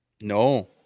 no